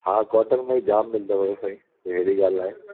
हा कॉटन में ई जाम मिलंदव इहे साईं अहिड़ी ॻाल्हि न आहे